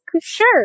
sure